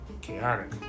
chaotic